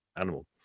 animal